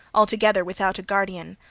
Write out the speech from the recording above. altogether without a guardian,